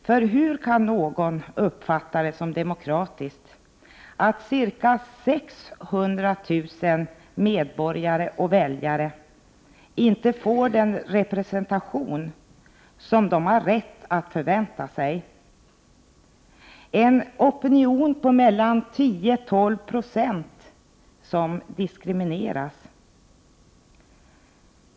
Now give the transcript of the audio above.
För hur kan någon uppfatta det som demokratiskt att ca 600 000 medborgare och väljare inte får den representation som de har rätt att förvänta sig? En opinion på mellan 10 och 12 90 diskrimineras.